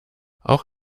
auch